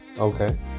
Okay